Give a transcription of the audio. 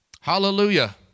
Hallelujah